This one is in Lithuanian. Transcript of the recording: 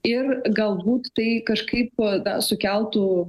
ir galbūt tai kažkaip na sukeltų